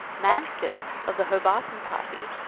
mansfield, of the hobarton party,